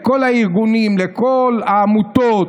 לכל הארגונים, לכל העמותות,